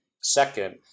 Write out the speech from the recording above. second